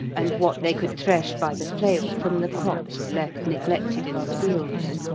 and what they could thresh by the flail from the crops left neglected in the fields.